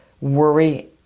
worry